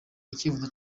icyifuzo